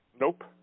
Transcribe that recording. Nope